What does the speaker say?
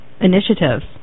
initiatives